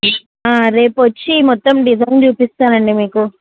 రేపు వచ్చి మొత్తం డిజైన్ చూపిస్తానండి మీకు